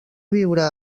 viure